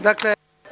Dakle.